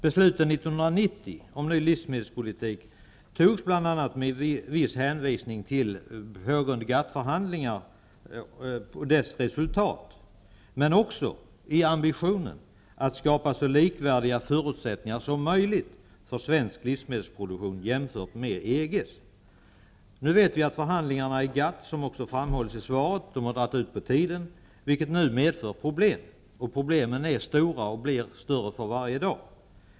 Besluten 1990 om ny livsmedelspolitik fattades bl.a. med viss hänvisning till pågående GATT förhandlingar och dess resultat men också med ambitionen att skapa så likvärdiga förutsättningar som möjligt för svensk livsmedelsproduktion jämfört med EG:s. Nu vet vi att förhandlingarna i GATT -- som också framhålls i svaret -- har dragit ut på tiden. Detta medför problemen. Problemen är stora och blir större för varje dag.